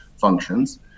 functions